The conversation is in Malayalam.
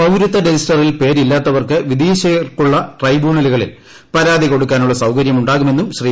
പൌരത്വ രജിസ്റ്ററിൽ പേരില്ലാത്തവർക്ക് വിദേശീയർക്കുള്ള ട്രൈബ്യൂണലുകളിൽ പരാതി കൊടുക്കാനുള്ള സൌകര്യം ഉണ്ടാകുമെന്നും ശ്രീ